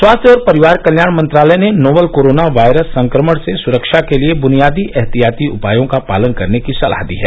स्वास्थ्य और परिवार कल्याण मंत्रालय ने नोवल कोरोना वायरस संक्रमण से सुरक्षा के लिए बुनियादी एहतियाती उपायों का पालन करने की सलाह दी है